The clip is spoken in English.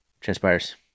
transpires